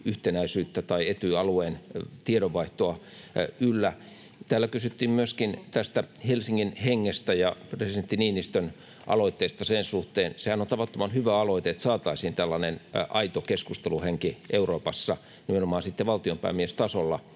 Etyj-yhtenäisyyttä ja Etyj-alueen tiedonvaihtoa yllä. Täällä kysyttiin myöskin tästä Helsingin hengestä ja presidentti Niinistön aloitteesta sen suhteen. Sehän on tavattoman hyvä aloite, että saataisiin tällainen aito keskusteluhenki Euroopassa aikaan, nimenomaan valtionpäämiestasolla.